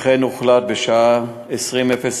לכן הוחלט בשעה 20:00,